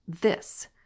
This